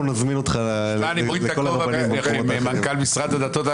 אנחנו נזמין אותך --- נצביע על הסתייגות 196 .